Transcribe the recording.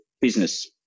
business